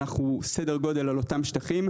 אנחנו בסדר גודל על אותם שטחים.